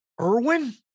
Irwin